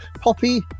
Poppy